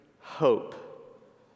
hope